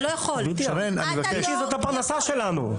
גברתי, זו הפרנסה שלנו.